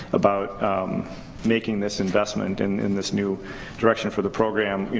about making this investment and in this new direction for the program,